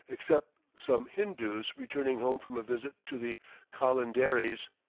except some hindoos returning home from a visit to the colinderies,